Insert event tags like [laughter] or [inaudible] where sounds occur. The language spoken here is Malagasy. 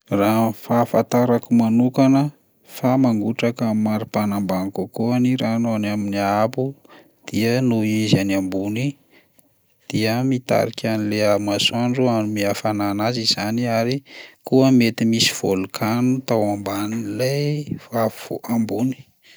Raha ny fahafantarako manokana fa mangotra amin'ny maripana ambany kokoa ny rano any amin'ny haambo dia noho izy any ambony dia mitarika an'lay a- masoandro hanome hafanana azy izany ary koa mety vôlkano tao ambanin'ilay [unintelligible] ambony.